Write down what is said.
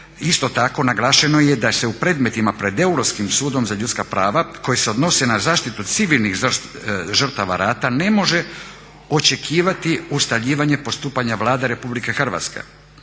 isto tako naglašeno je da se u predmetima pred Europskim sudom za ljudska prava koji se odnose na zaštitu civilnih žrtava rata ne može očekivati ustaljivanje postupanja Vlade RH budući da